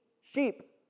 sheep